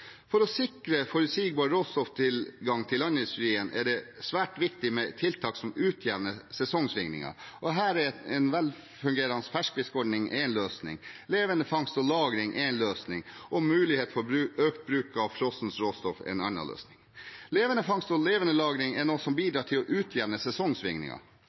For å sikre forutsigbar råstofftilgang til landindustrien er det svært viktig med tiltak som utjevner sesongsvingninger, og her er en velfungerende ferskfiskordning én løsning, levendefangst og -lagring én løsning og muligheter for økt bruk av frossent råstoff en annen løsning. Levendefangst og levendelagring er noe som